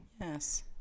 Yes